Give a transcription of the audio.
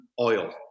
oil